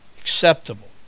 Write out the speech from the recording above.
Acceptable